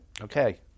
Okay